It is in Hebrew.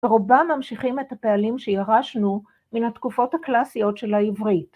‫ברובם ממשיכים את הפעלים שירשנו ‫מן התקופות הקלאסיות של העברית.